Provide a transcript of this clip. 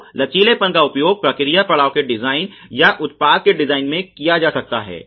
तो लचीलेपन का उपयोग प्रक्रिया पड़ाव के डिजाइन या उत्पाद के डिजाइन में किया जा सकता है